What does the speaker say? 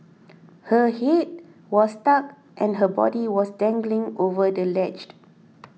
her head was stuck and her body was dangling over the ledge